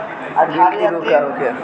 गिल्टी रोग का होखे?